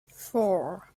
four